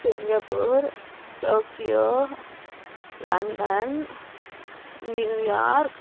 Singapore Tokyo London New York